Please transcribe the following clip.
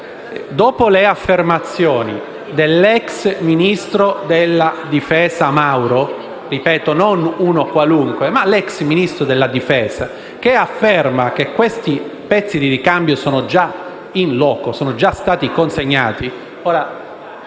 dopo le affermazioni dell'ex ministro della difesa Mauro - ripeto, non uno qualunque, ma l'ex Ministro della difesa - che dice che questi pezzi di ricambio sono già *in loco*, sono già stati consegnati...